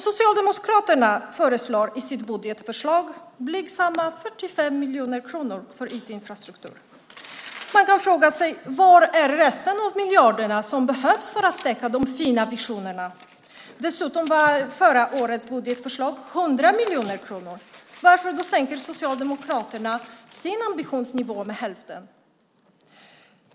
Socialdemokraterna föreslår i sitt budgetförslag blygsamma 45 miljoner kronor för IT-infrastruktur. Man kan fråga sig: Var är resten av miljarderna som behövs för att täcka de fina visionerna? Dessutom var förra årets budgetförslag 100 miljoner kronor. Varför sänker Socialdemokraterna sin ambitionsnivå med hälften?